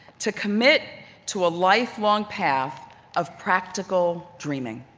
to commit to a lifelong path of practical dreaming.